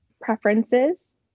preferences